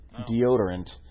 deodorant